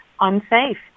unsafe